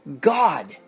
god